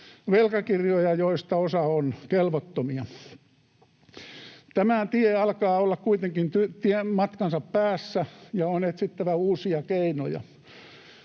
velkakirjoja, joista osa on kelvottomia. Tämä tie alkaa olla kuitenkin matkansa päässä, ja on etsittävä uusia keinoja.